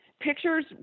Pictures